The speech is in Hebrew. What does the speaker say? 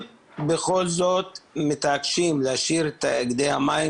אם בכל זאת מתעקשים להשאיר את תאגידי המים,